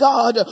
God